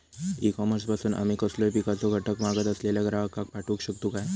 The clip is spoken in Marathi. ई कॉमर्स पासून आमी कसलोय पिकाचो घटक मागत असलेल्या ग्राहकाक पाठउक शकतू काय?